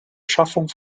schaffung